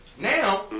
Now